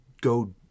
go